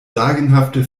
sagenhafte